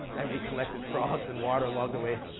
and we collected frogs and waterlogged away,